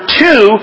two